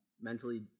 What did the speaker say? mentally